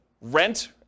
rent